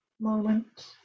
moment